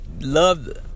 Love